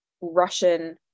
Russian